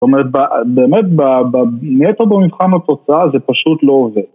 זאת אומרת באמת נטו במבחן לתוצאה זה פשוט לא עובד